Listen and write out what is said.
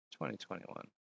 2021